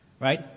right